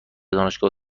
دانشگاه